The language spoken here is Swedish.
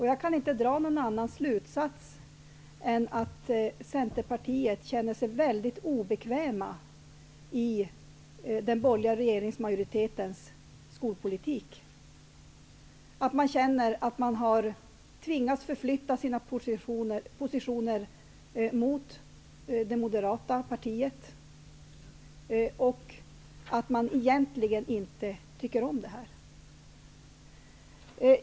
Jag kan inte dra någon annan slutsats än att man i Centerpartiet känner sig väldigt obekväm i den borgerliga regeringsmajoritetens skolpolitik, att man känner att man har tvingats att förflytta sina positioner mot det moderata partiet och att man egentligen inte tycker om detta.